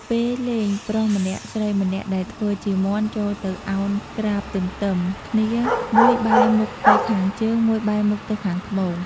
ពេលលេងប្រុសម្នាក់ស្រីម្នាក់ដែលធ្វើជាមាន់ចូលទៅឱនក្រាបទន្ទឹម គ្នា មួយបែរមុខទៅខាងជើង មួយបែរមុខទៅខាងត្បូង ។